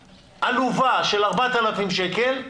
עלובה, של 4,000 שקל,